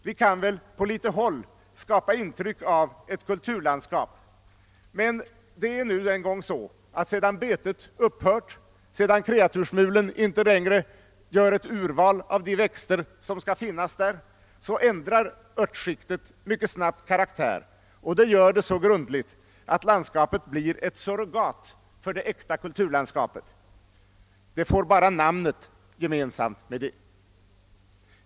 Vi kan väl på litet håll skapa intryck av kulturlandskap, men det är nu en gång så att sedan betet upphört, sedan kreatursmulen inte längre gör ett urval av de växter som skall finnas, ändrar örtskiktet mycket snabbt karaktär så grundligt att landskapet blir ett surrogat för det äkta kulturlandskapet — det får bara namnet gemensamt med detta.